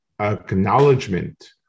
acknowledgement